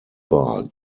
bar